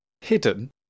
hidden